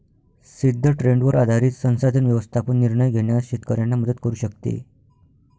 सिद्ध ट्रेंडवर आधारित संसाधन व्यवस्थापन निर्णय घेण्यास शेतकऱ्यांना मदत करू शकते